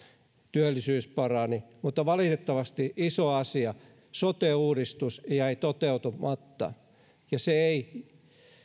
työllisyys parani valitettavasti iso asia sote uudistus jäi toteutumatta ja se ei